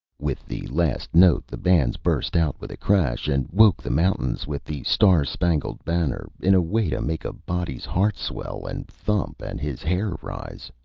with the last note the bands burst out with a crash and woke the mountains with the star-spangled banner in a way to make a body's heart swell and thump and his hair rise!